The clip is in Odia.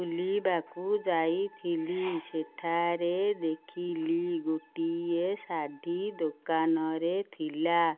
ବୁଲିବାକୁ ଯାଇଥିଲି ସେଠାରେ ଦେଖିଲି ଗୋଟିଏ ଶାଢ଼ୀ ଦୋକାନରେ ଥିଲା